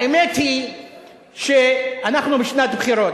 האמת היא שאנחנו בשנת בחירות,